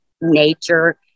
Nature